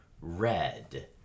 red